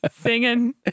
singing